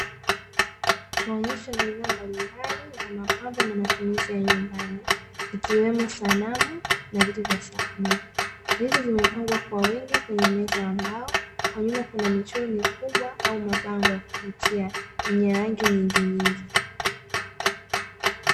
Maonyesho ya bidhaa mbalimbali za mapambo na matumizi ya nyumbani, ikiwemo sanamu na vitu vya sanaa. Vitu vimepangwa kwa wingi kwenye meza ya mbao, kwa nyuma kuna michoro mikubwa au mabango ya kuvutia yenye rangi nyinginyingi.